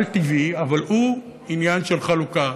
על-טבעי, אבל הוא עניין של חלוקה.